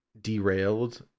derailed